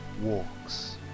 walks